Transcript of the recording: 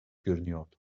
görünüyordu